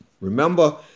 Remember